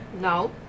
No